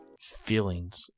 feelings